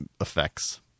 effects